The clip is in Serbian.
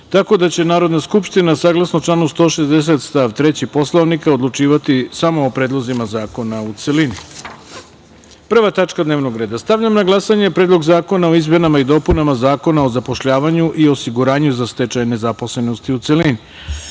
tako da će Narodna skupština saglasno članu 160. stav 3. Poslovnika odlučivati samo o predlozima zakona, u celini. Prva tačka dnevnog reda. Stavljam na glasanje Predlog zakona o izmenama i dopunama Zakona o zapošljavanju i osiguranju za stečaj nezaposlenosti, u celini. Molim